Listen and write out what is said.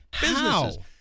businesses